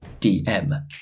DM